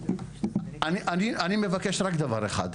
אני מבקש רק דבר אחד,